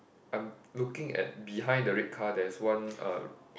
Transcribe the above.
I'm looking at behind the red car there's one uh